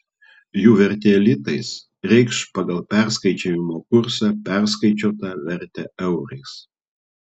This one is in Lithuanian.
jų vertė litais reikš pagal perskaičiavimo kursą perskaičiuotą vertę eurais